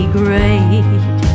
great